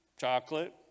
chocolate